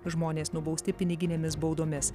žmonės nubausti piniginėmis baudomis